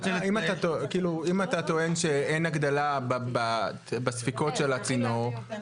אם אתה טוען שאין הגדלה בספיקות של הצינורות,